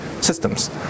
systems